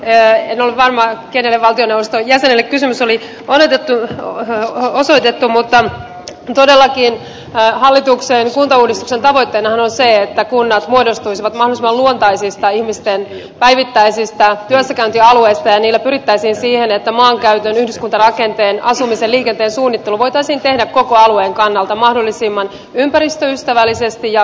en ole varma kenelle valtioneuvoston jäsenelle kysymys oli osoitettu mutta todellakin hallituksen kuntauudistuksen tavoitteenahan on se että kunnat muodostuisivat mahdollisimman luontaisista ihmisten päivittäisistä työssäkäyntialueista ja niillä pyrittäisiin siihen että maankäytön yhdyskuntarakenteen asumisen ja liikenteen suunnittelu voitaisiin tehdä koko alueen kannalta mahdollisimman ympäristöystävällisesti ja kustannustehokkaasti